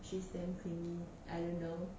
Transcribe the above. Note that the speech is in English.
she's damn clingy I don't know